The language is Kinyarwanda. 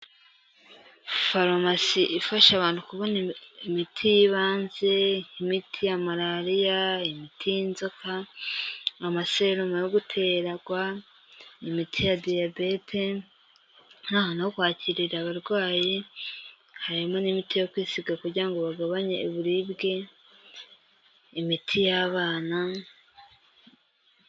Farumasi ifasha abantu kubona imiti y'ibanze imiti ya Malariya, imiti y'Inzoka, amaseromo, yo guterwa, imiti ya Diyabete n'ahantu ho kwakirira abarwayi, harimo n'imiti yo kwisiga kugira ngo bagabanye uburibwe, imiti y'abana.